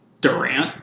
Durant